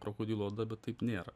krokodilo oda bet taip nėra